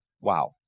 Wow